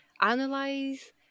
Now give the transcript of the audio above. analyze